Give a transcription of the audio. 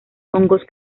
hongos